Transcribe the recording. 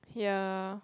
ya